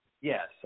Yes